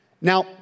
Now